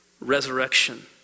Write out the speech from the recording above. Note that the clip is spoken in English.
Resurrection